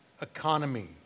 economy